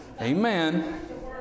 Amen